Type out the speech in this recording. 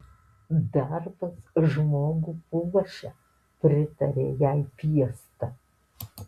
darbas žmogų puošia pritarė jai fiesta